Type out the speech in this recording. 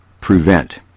prevent